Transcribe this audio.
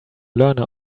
learner